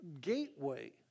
Gateway